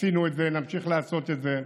עשינו את זה, נמשיך לעשות את זה.